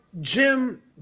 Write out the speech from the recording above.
Jim